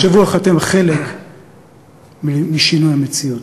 ותחשבו איך אתם חלק משינוי המציאות.